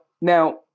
now